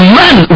man